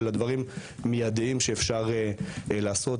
אלא דברים מידיים שאפשר לעשות,